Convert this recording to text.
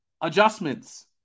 Adjustments